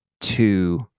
two